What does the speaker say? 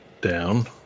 down